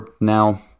now